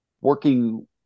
working